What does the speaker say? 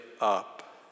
up